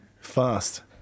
Fast